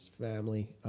family